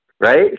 Right